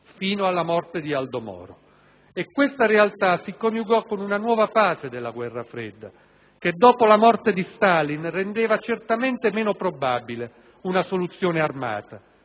fino alla morte di Aldo Moro. E questa realtà si coniugò con una nuova fase della guerra fredda, che dopo la morte di Stalin rendeva certamente meno probabile una soluzione armata,